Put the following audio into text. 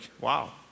wow